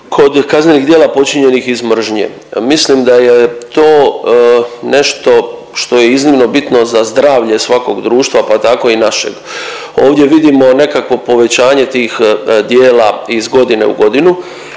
kod kaznenih djela počinjenih iz mržnje. Mislim da je to nešto što je iznimno bitno za zdravlje svakog društva pa tako i našeg. Ovdje vidimo nekakvo povećanje tih dijela iz godine u godinu